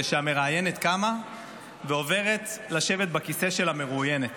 שהמראיינת קמה ועוברת לשבת בכיסא של המרואיינת,